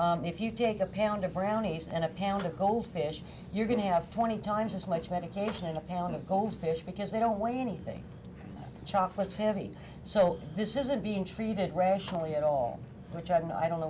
easy if you take a pound of brownies and a pound of goldfish you're going to have twenty times as much medication in a goldfish because they don't weigh anything chocolates heavy so this isn't being treated rationally at all which i don't know